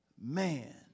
man